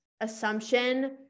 assumption